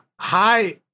Hi